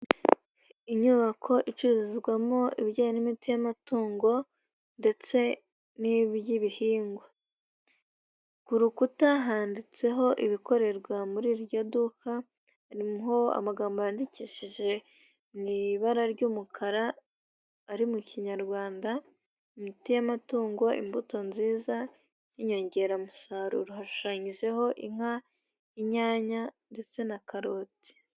Inyubako icuruzwamo ibijyanye n'imiti y'amatungo ndetse n'iby'ibihingwa. Ku rukuta handitseho ibikorerwa muri iryo duka, hariho amagambo yandikishije mu ibara ry'umukara ari mu kinyarwanda, imiti y'amatungo, imbuto nziza y'inyongeramusaruro. Hashushanyijeho inka, inyanya ndetse na karoti.